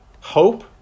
Hope